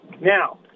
Now